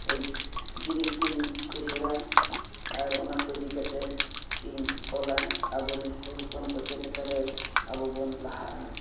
ᱡᱤᱱᱤᱥ ᱠᱚᱧ ᱩᱭᱦᱟᱹᱨᱟ ᱟᱨ ᱚᱱᱟ ᱠᱚ ᱤᱫᱤ ᱠᱟᱛᱮᱫ ᱤᱧ ᱚᱞᱟ ᱟᱵᱚ ᱨᱮᱱ ᱦᱚᱲ ᱦᱚᱯᱚᱱ ᱠᱚ ᱪᱮᱫᱞᱮᱠᱟ ᱨᱮ ᱟᱵᱚ ᱵᱚᱱ ᱞᱟᱦᱟᱜᱼᱟ